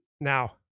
Now